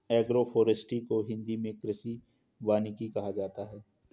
agroforestry को हिंदी मे कृषि वानिकी कहा जाता है